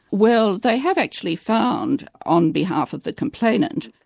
well they have actually found on behalf of the complainant.